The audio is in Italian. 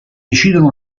decidono